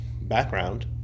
background